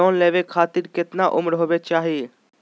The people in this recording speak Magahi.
लोन लेवे खातिर केतना उम्र होवे चाही?